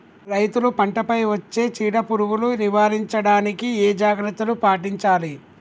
రైతులు పంట పై వచ్చే చీడ పురుగులు నివారించడానికి ఏ జాగ్రత్తలు పాటించాలి?